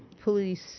police